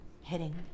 hitting